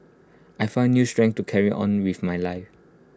I found new strength to carry on with my life